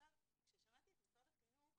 כאשר שמעתי את משרד החינוך,